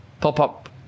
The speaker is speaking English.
pop-up